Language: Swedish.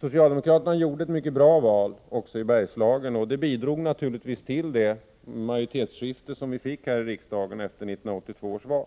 Socialdemokraterna gjorde ett mycket bra val också i Bergslagen. Det bidrog naturligtvis till majoritetsskiftet här i riksdagen efter 1982 års val.